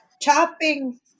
chopping